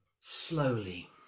slowly